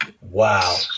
Wow